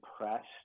impressed